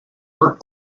work